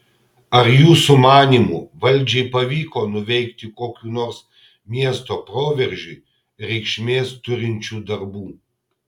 ar jūsų manymu valdžiai pavyko nuveikti kokių nors miesto proveržiui reikšmės turinčių darbų